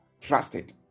trusted